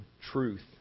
truth